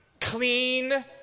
Clean